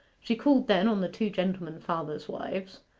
she called then on the two gentleman-farmers' wives,